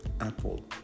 Apple